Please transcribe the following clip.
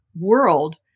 world